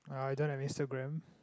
uh I don't have Instagram